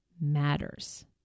matters